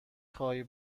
خواهی